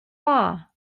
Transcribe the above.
far